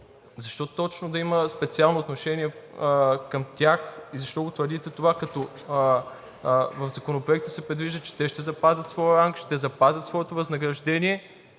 Защо точно да има специално отношение към тях? Защо го твърдите това, като в Законопроекта се предвижда, че те ще запазят своя ранг, ще запазят своето възнаграждение